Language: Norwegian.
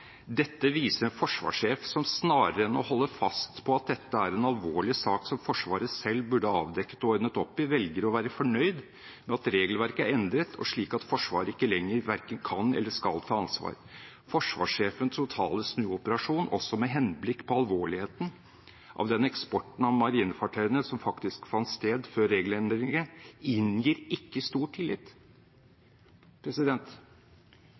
dette er en alvorlig sak som Forsvaret selv burde avdekket og ordnet opp i, velger å være fornøyd med at regelverket er endret, slik at Forsvaret ikke lenger verken kan eller skal ta ansvar. Forsvarssjefens totale snuoperasjon også med henblikk på alvorligheten av den eksporten av marinefartøyene som faktisk fant sted før regelendringene, inngir ikke stor tillit».